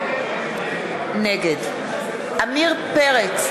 נגד עמיר פרץ,